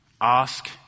Ask